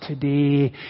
today